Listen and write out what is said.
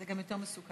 זה גם יותר מסוכן.